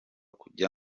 kujya